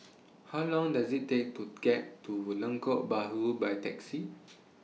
How Long Does IT Take to get to Lengkok Bahru By Taxi